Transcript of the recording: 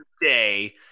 day